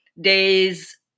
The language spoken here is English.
days